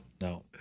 No